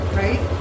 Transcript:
right